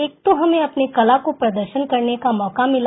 एक तो हमें अपनी कला को प्रदर्शन करने को मौका मिला